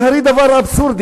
זה הרי דבר אבסורדי.